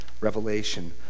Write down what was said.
revelation